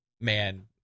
man